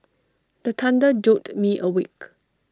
the thunder jolt me awake